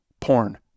porn